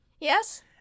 Yes